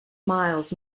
miles